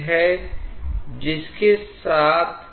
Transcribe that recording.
E1 अधिक है क्योंकि आप आशा रखते हैं कि ऊर्जा की हानि हो सकती है